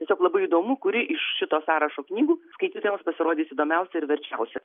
tiesiog labai įdomu kuri iš šito sąrašo knygų skaitytojams pasirodys įdomiausia ir verčiausia